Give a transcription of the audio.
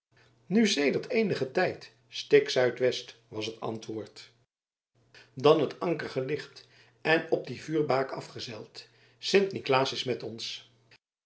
nu sedert eenigen tijd stik zuidwest was het antwoord dan het anker gelicht en op die vuurbaak afgezeild sint niklaas is met ons